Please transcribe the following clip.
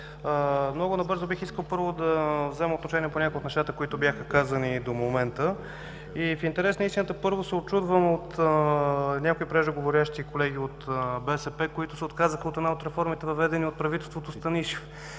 Много набързо бих искал, първо, да взема отношение по някои от нещата, които бяха казани до момента. В интерес на истината, първо, се учудвам от някои преждеговорящи колеги от БСП, които се отказаха от една от реформите, въведени от правителството Станишев.